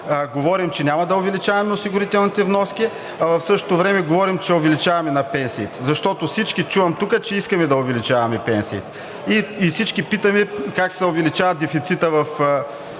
говорим, че няма да увеличаваме осигурителните вноски, а в същото време говорим, че ще увеличаваме пенсиите. Защото чувам всички тук, че искаме да увеличаваме пенсиите и всички питаме как ще се увеличава дефицитът в